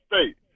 State